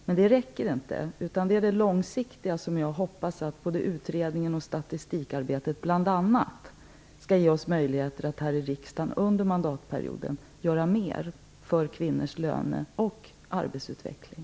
Men det räcker inte, utan det är det långsiktiga arbetet, med både utredningen och utvecklandet av statistiken, som jag hoppas skall göra det möjligt för oss här i riksdagen att under mandatperioden göra mer för kvinnors löneoch arbetsutveckling.